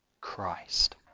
Christ